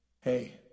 Hey